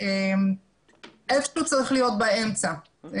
זה צריך להיות באמצע.